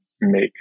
make